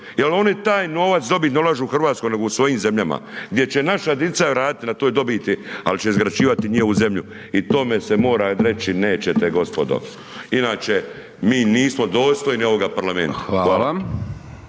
jer oni taj novac dobit ne u Hrvatsku nego u svojim zemljama, gdje će naša dica raditi na toj dobiti, al će izgrađivati njihovu zemlju. I tome se mora reći nećete gospodo, inače mi nismo dostojni ovoga parlamenta.